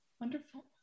wonderful